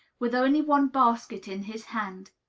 with only one basket in his hand,